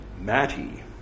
matty